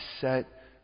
set